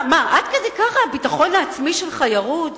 מה, עד כדי כך הביטחון העצמי שלך ירוד?